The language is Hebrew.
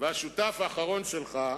והשותף האחרון שלך,